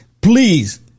please